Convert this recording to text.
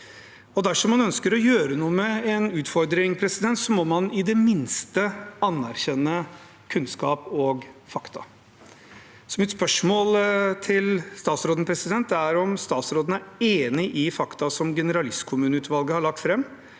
Dersom man ønsker å gjøre noe med en utfordring, må man i det minste anerkjenne kunnskap og fakta. Så mitt spørsmål til statsråden er om statsråden er enig i fakta som generalistkommuneutvalget har lagt fram,